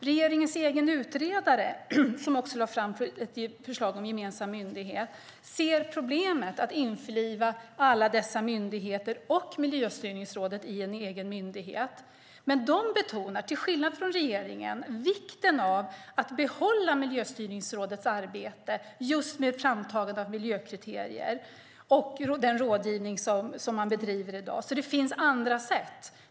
Regeringens egen utredare, som lade fram ett förslag om en gemensam myndighet, ser problemet att införliva alla dessa myndigheter och Miljöstyrningsrådet i en egen myndighet. Man betonar, till skillnad från regeringen, vikten av att behålla Miljöstyrningsrådets arbete med framtagande av miljökriterier och den rådgivning som bedrivs i dag. Det finns alltså andra sätt.